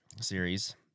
series